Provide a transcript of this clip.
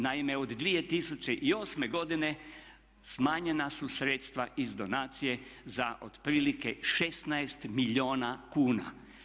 Naime, od 2008. godine smanjena su sredstva iz donacije za otprilike 16 milijuna kuna.